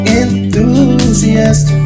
enthusiast